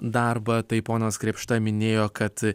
darbą tai ponas krėpšta minėjo kad